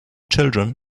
children